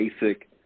basic